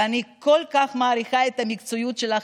ואני כל כך מעריכה את המקצועיות שלך,